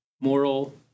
moral